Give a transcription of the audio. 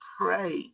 pray